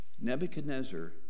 Nebuchadnezzar